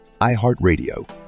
iHeartRadio